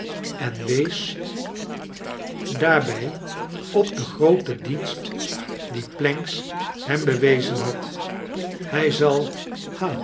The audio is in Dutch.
ea wees daarbij op den grooten dienst dien pancks hem bewezen had hij zal